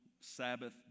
Sabbath